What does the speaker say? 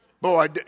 Boy